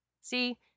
See